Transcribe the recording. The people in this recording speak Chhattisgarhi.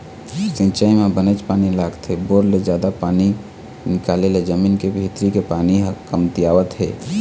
सिंचई म बनेच पानी लागथे, बोर ले जादा पानी निकाले ले जमीन के भीतरी के पानी ह कमतियावत हे